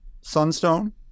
Sunstone